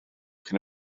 cyn